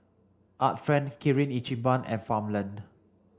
Art Friend Kirin Ichiban and Farmland